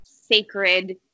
sacred